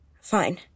Fine